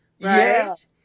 right